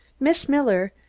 miss miller,